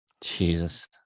jesus